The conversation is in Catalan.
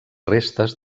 restes